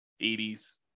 80s